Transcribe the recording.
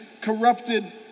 corrupted